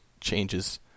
changes